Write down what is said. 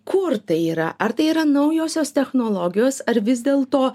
kur tai yra ar tai yra naujosios technologijos ar vis dėl to